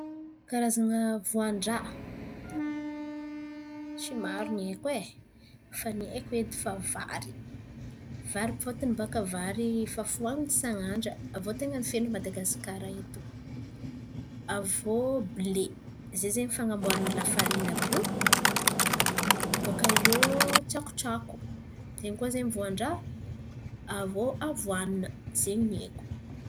Karazan̈a voan-drà? Tsy maro ny haiko e fa ny haiko edy fa vary, vary fôtony bakà vary fa fohaniny isan'andra avy iô ten̈a ny feno Madagasi karà eto. Avy iô ble, zay zen̈y fan̈amboarana lafarina àby io. Abôkà eo tsakotsako, zay koa zen̈y voan-drà, avy iô avoana zen̈y ny haiko.